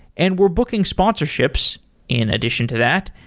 and we're booking sponsorships in addition to that.